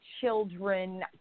children